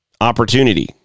opportunity